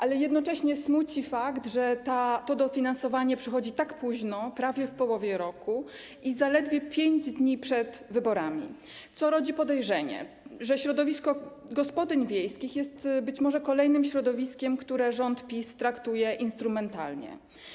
Ale jednocześnie smuci fakt, że to dofinansowanie przychodzi tak późno, prawie w połowie roku, i zaledwie 5 dni przed wyborami, co rodzi podejrzenie, że środowisko kół gospodyń wiejskich jest być może kolejnym środowiskiem, które rząd PiS traktuje instrumentalnie.